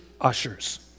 ushers